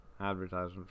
advertisement